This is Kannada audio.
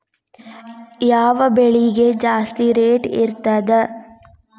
ಯಾವ ಬೆಳಿಗೆ ಜಾಸ್ತಿ ರೇಟ್ ಇರ್ತದ?